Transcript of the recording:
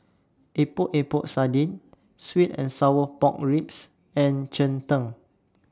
Epok Epok Sardin Sweet and Sour Pork Ribs and Cheng Tng